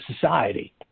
society